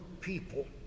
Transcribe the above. people